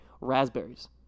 Raspberries